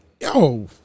Yo